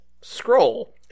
scroll